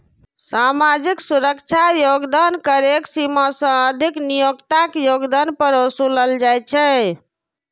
सामाजिक सुरक्षा योगदान कर एक सीमा सं अधिक नियोक्ताक योगदान पर ओसूलल जाइ छै